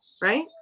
right